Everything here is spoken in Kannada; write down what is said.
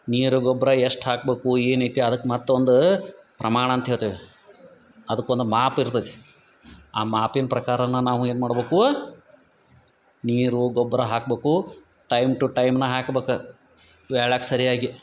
ನೀರು ಗೊಬ್ಬರ ಎಷ್ಟು ಹಾಕ್ಬಕು ಏನೈತಿ ಅದಕ್ಕೆ ಮತ್ತೊಂದು ಪ್ರಮಾಣ ಅಂತ ಹೇಳ್ತೇವಿ ಅದಕೊಂದು ಮಾಪ್ ಇರ್ತೇತಿ ಆ ಮಾಪಿನ ಪ್ರಕಾರನ ನಾವು ಏನ್ಮಾಡ್ಬೇಕೂ ನೀರು ಗೊಬ್ಬರ ಹಾಕ್ಬಕು ಟೈಮ್ ಟು ಟೈಮ್ನ ಹಾಕ್ಬಕು ವೇಳ್ಯಾಕ ಸರಿಯಾಗಿ